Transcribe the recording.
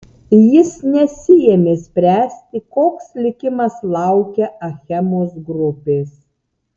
jis nesiėmė spręsti koks likimas laukia achemos grupės